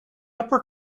upper